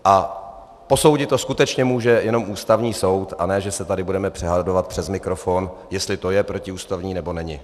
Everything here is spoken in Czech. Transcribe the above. A posoudit to skutečně může jenom Ústavní soud, a ne že se tady budeme přehadovat přes mikrofon, jestli to je protiústavní, nebo není.